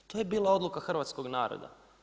To je bila odluka hrvatskog naroda.